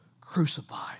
Crucified